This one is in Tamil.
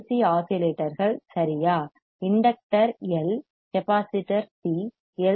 சி LC ஆஸிலேட்டர்கள் சரியா inductor L L capacitor C C L